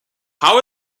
how